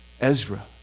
Ezra